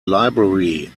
library